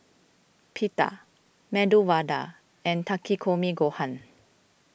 Pita Medu Vada and Takikomi Gohan